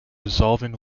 resolving